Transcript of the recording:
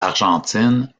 argentine